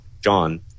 John